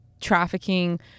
trafficking